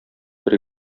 бер